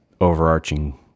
overarching